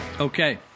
Okay